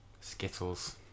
Skittles